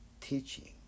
teaching